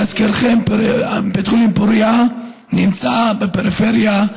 להזכירכם, בית חולים פוריה נמצא בפריפריה,